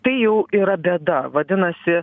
tai jau yra bėda vadinasi